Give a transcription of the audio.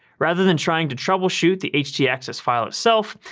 rather than trying to troubleshoot the htaccess file itself,